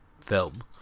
film